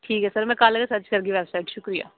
ठीक ऐ सर मे कल्ल गै सर्च करगी वैबसाईट शुक्रिया